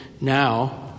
Now